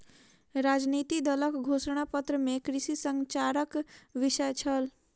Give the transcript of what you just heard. राजनितिक दलक घोषणा पत्र में कृषि संचारक विषय छल